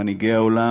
מנהיגי העולם,